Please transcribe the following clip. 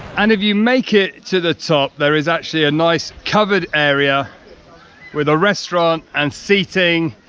and if you make it to the top, there is actually a nice covered area with a restaurant and seating,